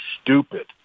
stupid